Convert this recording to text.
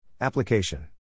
Application